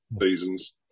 seasons